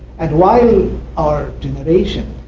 and while our generation